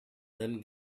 then